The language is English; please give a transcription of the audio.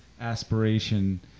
aspiration